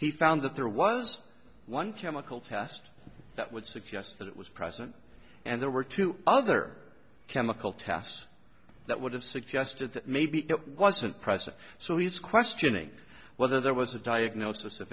he found that there was one chemical test that would suggest that it was present and there were two other chemical tests that would have suggested that maybe it wasn't present so he's questioning whether there was a diagnosis of